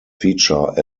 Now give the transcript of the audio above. feature